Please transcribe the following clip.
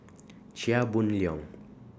Chia Boon Leong